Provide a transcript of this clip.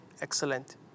Excellent